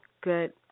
good